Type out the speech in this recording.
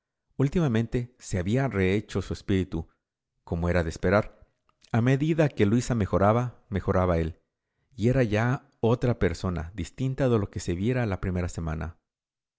ultimamente se había rehecho su espíritu como era de esperar a medida que luisa mejoraba mejoraba él y era ya otra persona distinta de lo que se viera la primera semana